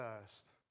first